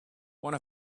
one